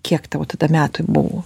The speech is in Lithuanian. kiek tau tada metai buvo